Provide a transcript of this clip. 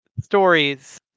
stories